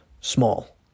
small